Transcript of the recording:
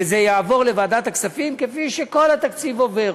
וזה יעבור לוועדת הכספים, כפי שכל התקציב עובר.